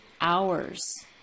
hours